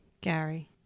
Gary